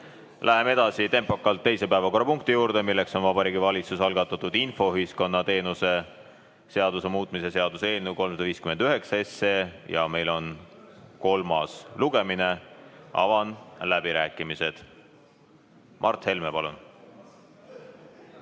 Läheme tempokalt teise päevakorrapunkti juurde, milleks on Vabariigi Valitsuse algatatud infoühiskonna teenuse seaduse muutmise seaduse eelnõu 359 ja meil on kolmas lugemine. Avan läbirääkimised. Mart Helme, palun!